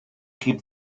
keep